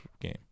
game